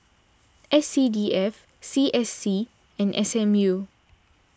S C D F C S C and S M U